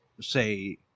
say